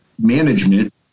Management